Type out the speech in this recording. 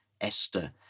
Esther